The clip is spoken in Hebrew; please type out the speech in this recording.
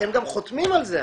אתם גם חותמים על זה,